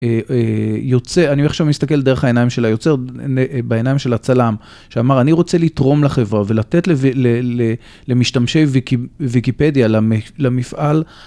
אני עכשיו מסתכל דרך העיניים של היוצר, בעיניים של הצלם שאמר אני רוצה לתרום לחברה ולתת למשתמשי ויקיפדיה, למפעל.